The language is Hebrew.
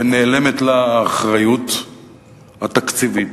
ונעלמת לה האחריות התקציבית.